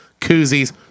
koozies